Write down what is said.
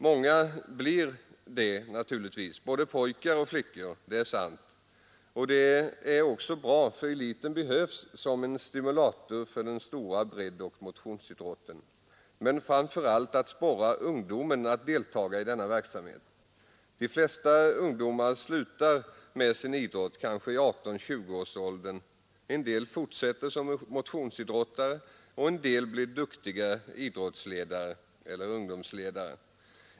Många blir det, både pojkar och flickor, det är sant, och det är också bra, eftersom eliten behövs som stimulator för den stora breddoch motionsidrotten. Men framför allt sporrar den ungdomen att delta i denna verksamhet. De flesta ungdomar slutar kanske med sin idrott i 18—20-årsåldern, en del fortsätter som motionsidrottare och en del blir duktiga idrottsledare eller ungdomsledare.